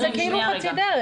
אבל זה כאילו חצי דרך.